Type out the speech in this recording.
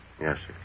Yes